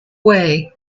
way